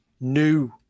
new